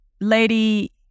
Lady